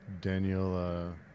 Daniel